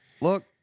Look